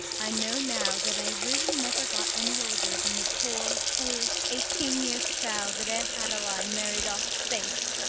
i know now that i really never got any older than the poor, foolish, eighteen-years child that aunt adeline married off safe.